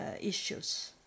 issues